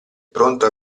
pronto